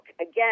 again